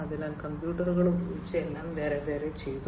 അതിനാൽ കമ്പ്യൂട്ടറുകൾ ഉപയോഗിച്ച് എല്ലാം വെവ്വേറെ ചെയ്തു